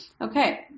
Okay